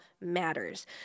matters